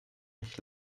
nicht